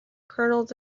kernels